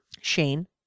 Shane